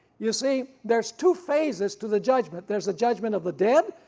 you see there's two phases to the judgment there is a judgment of the dead,